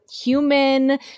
human